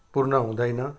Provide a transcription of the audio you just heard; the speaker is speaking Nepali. पूर्ण हुँदैन